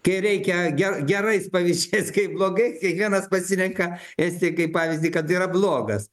kai reikia ge gerais pavyzdžiais kai blogais kiekvienas pasirenka estiją kaip pavyzdį kad yra blogas